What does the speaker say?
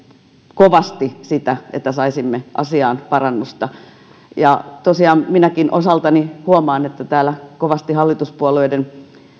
kovasti sitä että saisimme asiaan parannusta tosiaan minäkin osaltani huomaan että täällä ei kovasti hallituspuolueiden